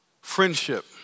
Friendship